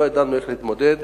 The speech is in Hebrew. לא ידענו איך להתמודד,